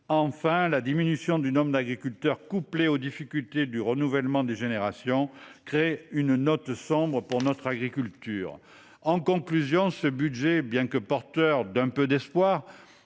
Enfin, la diminution du nombre d’agriculteurs, couplée aux difficultés de renouvellement des générations, donne une note sombre à notre agriculture. En conclusion, je dirai que ce budget, bien que porteur d’un peu d’espoir,